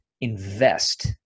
invest